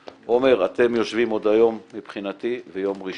עומר, אתם יושבים עוד היום וביום ראשון,